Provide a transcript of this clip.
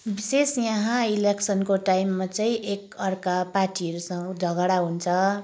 विशेष यहाँ इलेक्सनको टाइममा चाहिँ एकाअर्का पार्टीहरूसँग झगडा हुन्छ